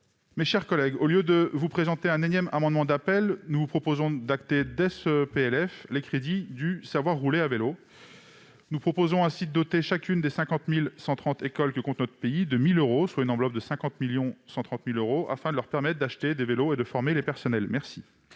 Mes chers collègues, au lieu de vous présenter un énième amendement d'appel, nous vous proposons de voter, dès ce projet de loi de finances, les crédits du « Savoir rouler à vélo ». Nous proposons ainsi de doter chacune des 50 130 écoles que compte notre pays de 1 000 euros, soit une enveloppe de 50,13 millions d'euros, afin de leur permettre d'acheter des vélos et de former les personnels.